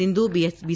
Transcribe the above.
Sindhu બી